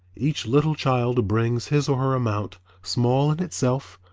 each little child brings his or her amount, small in itself,